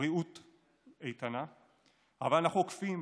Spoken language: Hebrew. בריאות איתנה, אבל אנחנו עוקפים